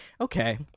okay